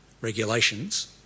regulations